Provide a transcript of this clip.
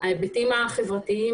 ההיבטים החברתיים,